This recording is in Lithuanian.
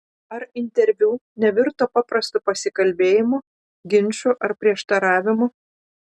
ar interviu nevirto paprastu pasikalbėjimu ginču ar prieštaravimu